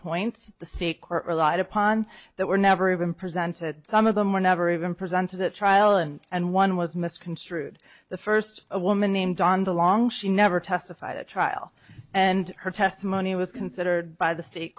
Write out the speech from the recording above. points the state court relied upon that were never even presented some of them were never even presented at trial and and one was misconstrued the first a woman named on the long she never testified at trial and her testimony was considered by the state